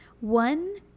one